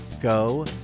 go